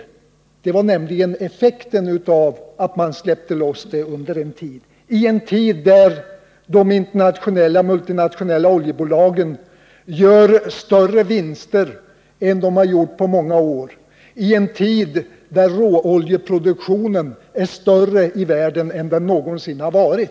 Det är nämligen effekten av att man släppte loss priserna i en tid då de multinationella oljebolagen gjorde större vinster än på många år, i en tid då råoljeproduktionen i världen är större än den någonsin har varit.